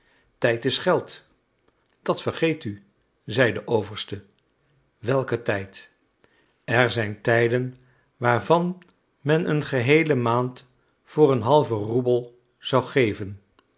tijd is geld dat vergeet u zeide de overste welke tijd er zijn tijden waarvan men een geheele maand voor een halven roebel zou geven